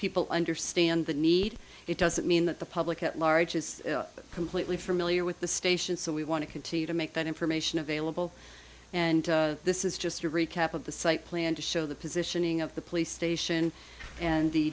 people understand the need it doesn't mean that the public at large is completely familiar with the station so we want to continue to make that information available and this is just a recap of the site plan to show the positioning of the police station and the